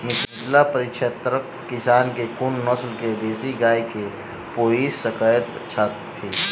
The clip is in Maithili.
मिथिला परिक्षेत्रक किसान केँ कुन नस्ल केँ देसी गाय केँ पोइस सकैत छैथि?